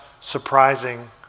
surprising